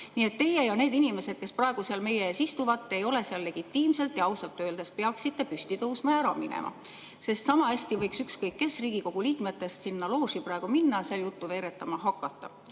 Nii et teie ja need inimesed, kes praegu meie ees istuvad, ei ole siin legitiimselt ja ausalt öeldes peaksite püsti tõusma ja ära minema. Samahästi võiks ükskõik kes Riigikogu liikmetest sinna looži praegu minna ja seal juttu veeretama hakata.